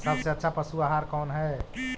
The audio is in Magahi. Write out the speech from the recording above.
सबसे अच्छा पशु आहार कौन है?